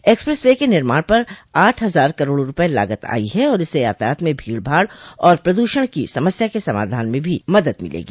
express way के निर्माण पर आठ हजार करोड़ रुपये लागत आई है और इससे यातायात में भीड़भाड़ और प्रदूषण की समस्या के समाधान में भी मदद मिलेगी